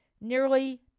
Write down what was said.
nearly